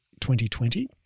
2020